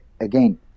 again